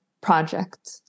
project